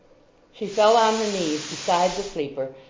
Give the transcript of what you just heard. she fell on her knees beside the sleeper,